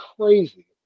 crazy